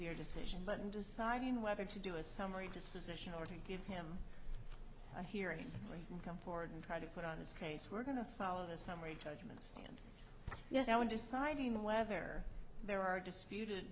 your decision but in deciding whether to do a summary disposition or to give him a hearing come forward and try to put on this case we're going to follow the summary judgment yes i want deciding whether there are disputed